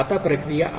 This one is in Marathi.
आता प्रतिक्रिया आहे